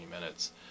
minutes